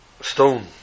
stone